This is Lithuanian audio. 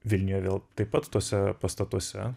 vilniuje vėl taip pat tuose pastatuose